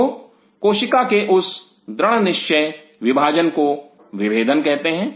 तो कोशिका के उस दृढ़ निश्चय विभाजन को विभेदन कहते हैं